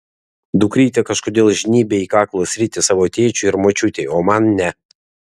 dukrytė kažkodėl žnybia į kaklo sritį savo tėčiui ir močiutei o man ne